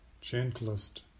gentlest